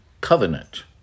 Covenant